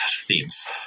themes